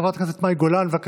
חברת כנסת מאי גולן, בבקשה.